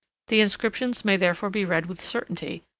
the inscriptions may therefore be read with certainty,